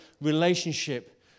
relationship